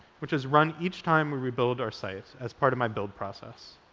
which is run each time we rebuild our site as part of my build process.